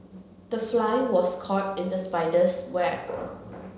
the fly was caught in the spider's web